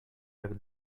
jak